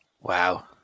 Wow